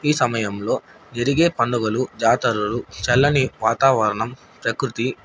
ఈ సమయంలో జరిగే పండుగలు జాతరలు చల్లని వాతావరణం ప్రకృతి